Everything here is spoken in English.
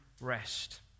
rest